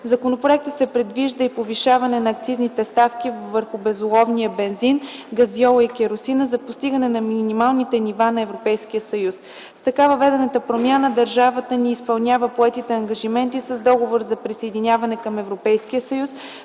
законопроекта се предвижда и повишаване на акцизните ставки върху безоловния бензин, газьола и керосина за достигане на минималните нива на Европейския съюз. С така въведената промяна държавата ни изпълнява поетите ангажименти с Договора за присъединяване към